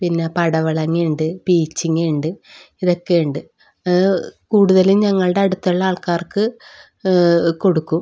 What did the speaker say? പിന്നെ പടവലങ്ങ ഉണ്ട് പീച്ചിങ്ങ ഉണ്ട് ഇതൊക്കെ ഉണ്ട് കൂടുതലും ഞങ്ങളുടെ അടുത്തുള്ള ആൾക്കാർക്ക് കൊടുക്കും